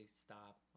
stop